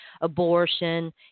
abortion